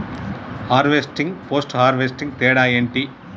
Harvesting, post harvesting తేడా ఏంటి?